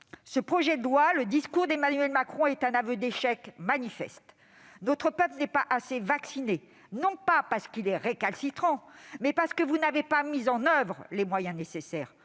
ce projet de loi et le discours d'Emmanuel Macron sont un aveu d'échec manifeste. Notre peuple n'est pas assez vacciné, non pas parce qu'il est récalcitrant, mais parce que vous n'avez pas mis en oeuvre les moyens nécessaires.